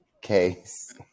case